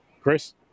Chris